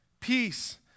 peace